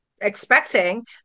expecting